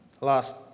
Last